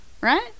right